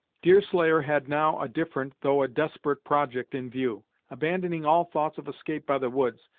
deerslayer had now a different, though a desperate project in view. abandoning all thoughts of escape by the woods,